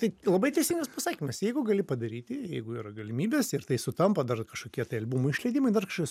tai labai teisingas pasakymas jeigu gali padaryti jeigu yra galimybės ir tai sutampa dar kažkokie tai albumo išleidimai dar kažkas